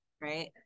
Right